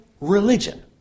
religion